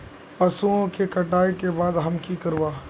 पशुओं के कटाई के बाद हम की करवा?